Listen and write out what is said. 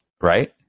right